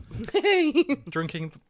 drinking